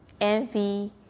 envy